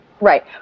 Right